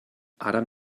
adam